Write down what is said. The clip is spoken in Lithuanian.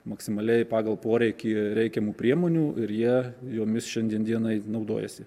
maksimaliai pagal poreikį reikiamų priemonių ir jie jomis šiandien dienai naudojasi